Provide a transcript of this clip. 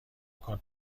کارت